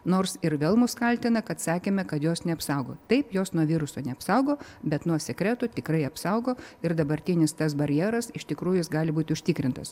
nors ir vėl mus kaltina kad sekėme kad jos neapsaugo taip jos nuo viruso neapsaugo bet nuo sekretų tikrai apsaugo ir dabartinis tas barjeras iš tikrųjų jis gali būti užtikrintas